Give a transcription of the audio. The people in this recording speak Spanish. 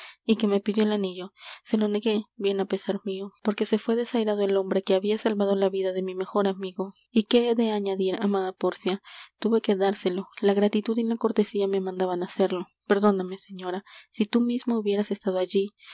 y que me pidió el anillo se lo negué bien á pesar mio porque se fué desairado el hombre que habia salvado la vida de mi mejor amigo y qué he de añadir amada pórcia tuve que dárselo la gratitud y la cortesía me mandaban hacerlo perdóname señora si tú misma hubieras estado allí